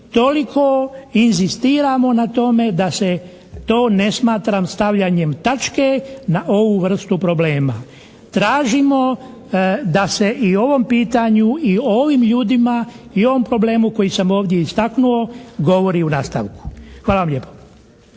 toliko inzistiramo na tome da se to ne smatram stavljanjem tačke na ovu vrstu problema. Tražimo da se i ovom pitanju i o ovim ljudima i o ovom problemu koji sam ovdje istaknuo govori u nastavku. Hvala vam lijepo.